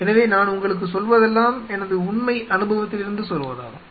எனவே நான் உங்களுக்குச் சொல்வதெல்லாம் எனது உண்மை அனுபவத்திலிருந்து சொல்வதாகும்